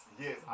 Yes